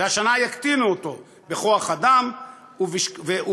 והשנה יקטינו אותו בכוח-אדם ובתקציב.